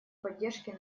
поддержке